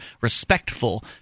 respectful